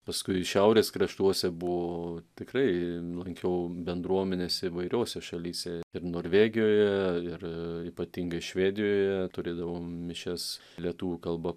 paskui šiaurės kraštuose buvo tikrai lankiau bendruomenes įvairiose šalyse ir norvegijoje ir ypatingai švedijoje turėdavau mišias lietuvių kalba